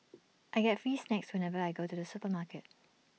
I get free snacks whenever I go to the supermarket